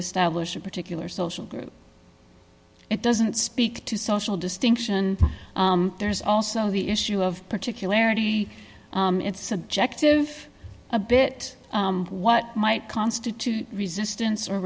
establish a particular social group it doesn't speak to social distinction there's also the issue of particularities it's subjective a bit what might constitute resistance or